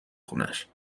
خونش